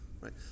right